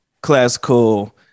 classical